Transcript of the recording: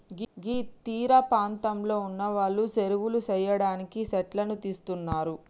గీ తీరపాంతంలో ఉన్నవాళ్లు సెరువులు సెయ్యడానికి సెట్లను తీస్తున్నరు